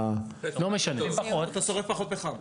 אתה שורף פחות פחם.